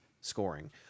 scoring